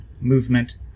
movement